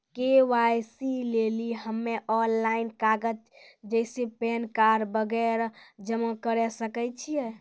KYC लेली हम्मय online कागज जैसे पैन कार्ड वगैरह जमा करें सके छियै?